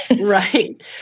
Right